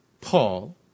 Paul